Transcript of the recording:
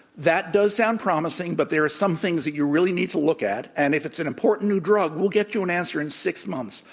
that does sound promising, but there are some things that you really need to look at, and if it's an important new drug, we'll get you an answer in six months.